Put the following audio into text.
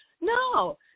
No